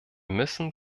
müssen